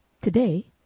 today